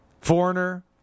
Foreigner